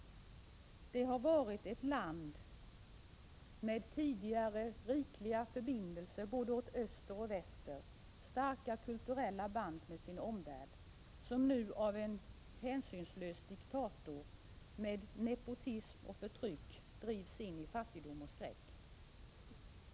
Rumänien har varit ett land med tidigare rikliga förbindelser både åt öster och väster, med starka kulturella band med sin omvärld, som nu av en hänsynslös diktator med nepotism och förtryck drivs in i fattigdom och skräck.